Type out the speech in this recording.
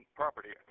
property